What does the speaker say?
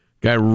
Guy